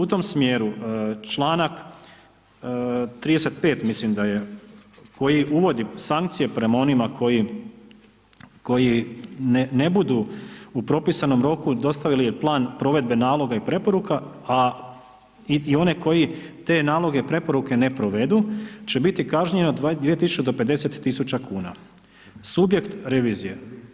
U tom smjeru 35. mislim da je koji uvodi sankcije prema onima koji ne budu u propisanom roku dostavili plan provedbe naloga i preporuka a i one koji te naloge i preporuke ne provedu će biti kažnjeno 2000 do 50 000 kn, subjekt revizije.